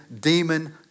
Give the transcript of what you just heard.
demon